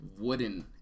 wooden